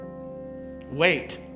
wait